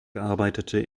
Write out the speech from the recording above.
arbeitete